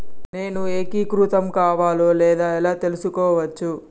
నేను ఏకీకృతం కావాలో లేదో ఎలా తెలుసుకోవచ్చు?